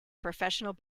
professional